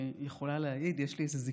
יהיו נכס לנושא